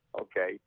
okay